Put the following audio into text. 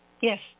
Yes